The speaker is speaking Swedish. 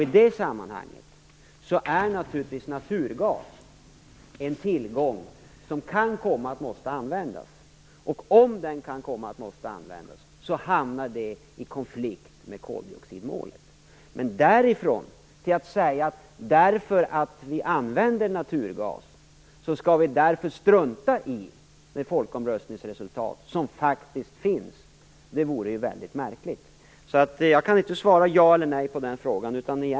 I det sammanhanget är naturgas naturligtvis en tillgång som det kan bli nödvändigt att använda. Om den måste användas hamnar det i konflikt med koldioxidmålet. Men att säga att bara för att vi använder naturgas skall vi strunta i ett folkomröstningsresultat som faktiskt finns vore mycket märkligt. Jag kan inte svara ja eller nej på frågan.